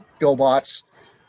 GoBots